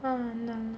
அதனால்தா:adhanaladhaa